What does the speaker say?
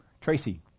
Tracy